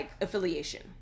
affiliation